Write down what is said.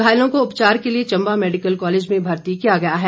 घायलों को उपचार के लिए चम्बा मैडिकल कॉलेज में भर्ती किया गया है